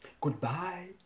Goodbye